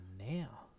now